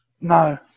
No